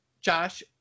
Josh